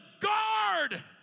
guard